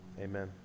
amen